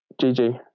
Gigi